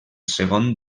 segon